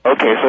Okay